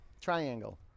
Triangle